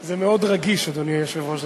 זה מאוד רגיש, אדוני היושב-ראש.